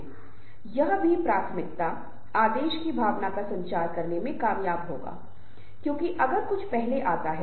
इसलिए यह भी बहुत दिलचस्प है कि जब कोई व्यक्ति किसी समूह में होता है तो हमेशा सामान्य लक्ष्य को प्राप्त करने के लिए समूह के साथ उसकी पहचान की जाती है